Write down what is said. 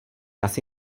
asi